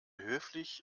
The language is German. höflich